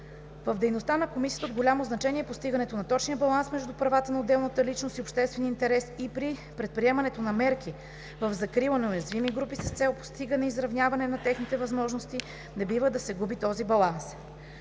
В дейността на Комисията от голямо значение е постигането на точния баланс между правата на отделната личност и обществения интерес и при предприемането на мерки в закрила на уязвими групи с цел постигане и изравняване на техните възможности не бива да се губи този баланс.